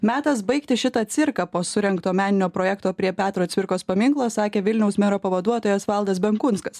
metas baigti šitą cirką po surengto meninio projekto prie petro cvirkos paminklo sakė vilniaus mero pavaduotojas valdas benkunskas